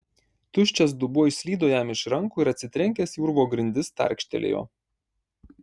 tuščias dubuo išslydo jam iš rankų ir atsitrenkęs į urvo grindis tarkštelėjo